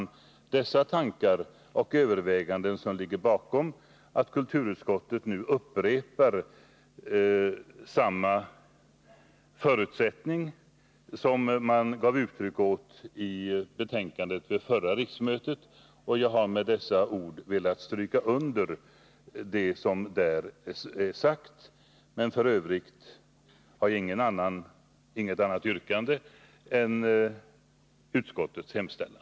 Det är dessa tankar och överväganden som har föranlett kulturutskottet att upprepa samma förutsättning som man gav uttryck åt i betänkandet vid förra riksmötet. Jag har med dessa ord velat understryka det som sägs i betänkandet. I övrigt har jag inget annat yrkande än bifall till utskottets hemställan.